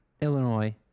Illinois